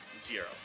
Zero